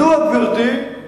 מדוע, גברתי,